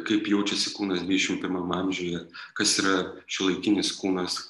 kaip jaučiasi kūnas dvidešim pirmam amžiuje kas yra šiuolaikinis kūnas